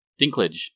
Dinklage